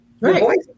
Right